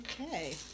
Okay